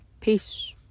Peace